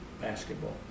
basketball